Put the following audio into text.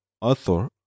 author